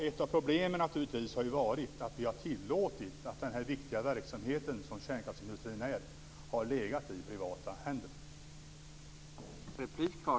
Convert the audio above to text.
Ett av problemen har varit att vi har tillåtit den här viktiga verksamheten, som kärnkraftsindustrin är, att ligga i privata händer.